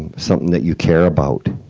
something that you care about.